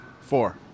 Four